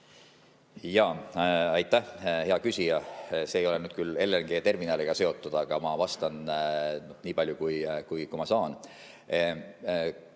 palun! Aitäh, hea küsija! See ei ole nüüd küll LNG‑terminaliga seotud, aga ma vastan niipalju, kui ma saan.